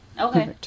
Okay